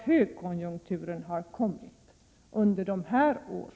1987/88:123